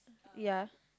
ya